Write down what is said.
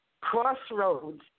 Crossroads